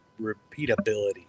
repeatability